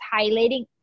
highlighting